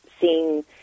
seeing